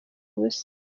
ubusa